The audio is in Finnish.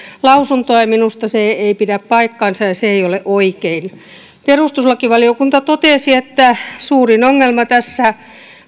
lausuntoa minusta se ei pidä paikkaansa ja se ei ole oikein perustuslakivaliokunta totesi että suurin ongelma tässä